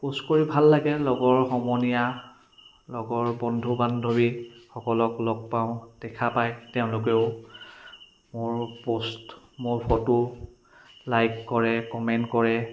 post কৰি ভাল লাগে লগৰ সমনীয়া লগৰ বন্ধু বান্ধৱীসকলক লগ পাওঁ দেখা পায় তেওঁলোকেও মোৰ প'ষ্ট মোৰ ফটো লাইক কৰে কমেণ্ট কৰে